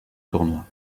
tournoi